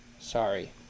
sorry